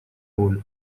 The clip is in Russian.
роль